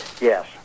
yes